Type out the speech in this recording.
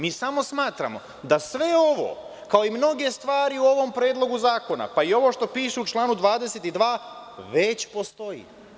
Mi samo smatramo da sve ovo, kao i mnoge stvari u ovom predlogu zakona, pa i ovo što piše u članu 22. već postoji.